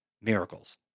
miracles